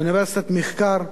אוניברסיטת מחקר,